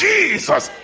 Jesus